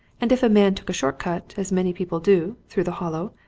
and if a man took a short cut as many people do through the hollow,